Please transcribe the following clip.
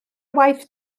waith